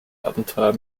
abenteuer